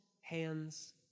hands